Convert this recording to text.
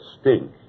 stink